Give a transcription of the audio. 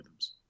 algorithms